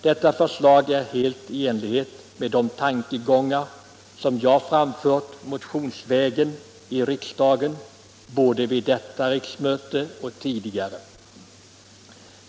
Detta förslag är helt i enlighet med de tankegångar som jag framfört motionsvägen i riksdagen både vid detta riksmöte och tidigare.